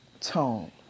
tone